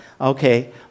okay